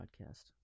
podcast